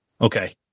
Okay